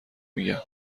میگم